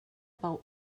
about